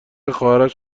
خواهرش